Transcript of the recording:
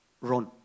run